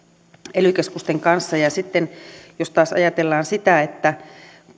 ely keskusten kanssa jos sitten taas ajatellaan sitä että